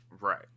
Right